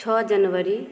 छओ जनवरी